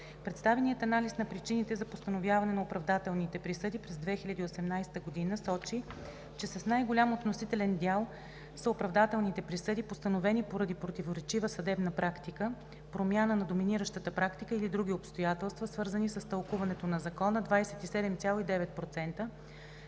Представеният анализ на причините за постановяване на оправдателните присъди през 2018 г. сочи, че с най-голям относителен дял са оправдателните присъди, постановени поради противоречива съдебна практика, промяна на доминиращата практика или други обстоятелства, свързани с тълкуването на закона – 27,9%,